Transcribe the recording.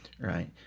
right